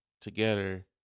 together